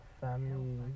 family